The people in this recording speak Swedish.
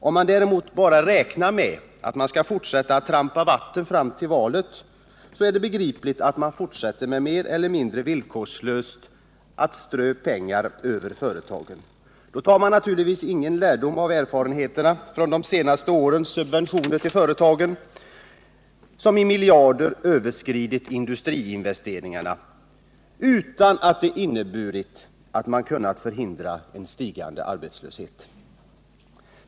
Om man däremot bara räknar med att trampa vatten fram till valet, är det begripligt att man fortsätter att mer eller mindre villkorslöst strö pengar över företagen. Då tar man naturligtvis ingen lärdom av erfarenheterna från de senaste årens subventioner till företagen, som med miljarder överskridit industriinvesteringarna utan att det inneburit att man kunnat förhindra en stigande arbetslöshet.